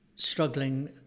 Struggling